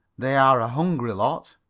they are a hungry lot.